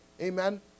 Amen